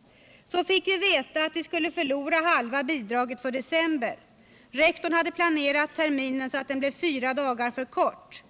- Så fick vi veta att vi skulle förlora halva bidraget för december. Rektorn hade planerat terminen så att den blev fyra dagar för kort.